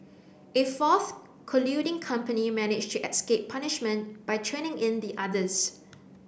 a fourth colluding company managed to escape punishment by turning in the others